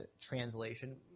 translation